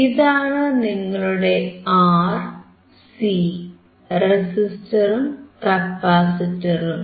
ഇതാണ് നിങ്ങളുടെ R C റെസിസ്റ്ററും കപ്പാസിറ്ററും